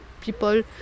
people